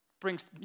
brings